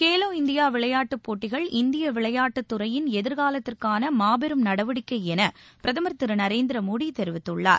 Khelo India விளையாட்டுப் போட்டிகள் இந்திய விளையாட்டுத் துறையிள் எதிர்காலத்திற்கான மாபெரும் நடவடிக்கை என பிரகமர் திரு நரேந்திர மோடி தெரிவித்துள்ளார்